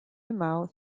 mouth